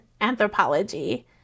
anthropology